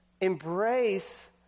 Embrace